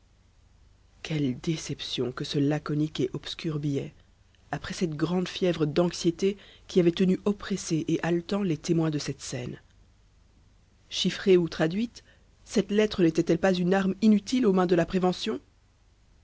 xxxiii quelle déception que ce laconique et obscur billet après cette grande fièvre d'anxiété qui avait tenu oppressés et haletants les témoins de cette scène chiffrée ou traduite cette lettre n'était-elle pas une arme inutile aux mains de la prévention